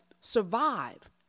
survive